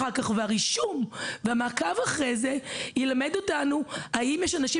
הרישום והמעקב ילמדו אותנו האם יש אנשים